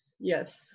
Yes